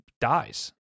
dies